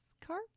car